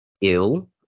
ill